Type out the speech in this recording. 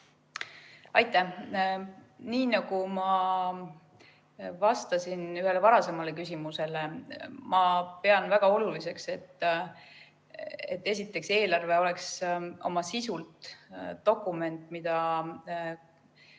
Aitäh! Nii nagu ma vastasin ühele varasemale küsimusele, ma pean väga oluliseks, et eelarve oleks esiteks oma sisult dokument, mida